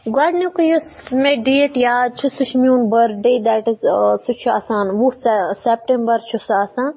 گۄڈٕنیُکُے یُس مےٚ ڈیٹ یاد چھِ سُہ چھِ میون بٔرٕڈے دیٹ اِز سُہ چھِ آسان وُہ سٮ۪پٹَمبَر چھِ سُہ آسان